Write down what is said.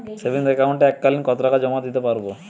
Savings একাউন্টে এক কালিন কতটাকা জমা দিতে পারব?